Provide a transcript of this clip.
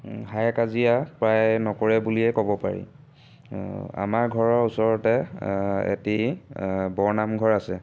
হাই কাজিয়া প্ৰায় নকৰে বুলিয়েইে ক'ব পাৰি আমাৰ ঘৰৰ ওচৰতে এটি বৰনামঘৰ আছে